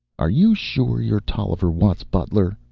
are you sure you're tolliver watt's butler?